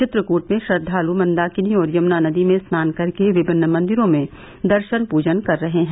चित्रकूट में श्रद्वालु मंदाकिनी और यमुना नदी में स्नान कर के विभिन्न मंदिरों में दर्शन प्जन कर रहे हैं